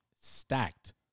stacked